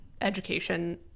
education